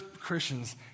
Christians